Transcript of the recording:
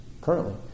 currently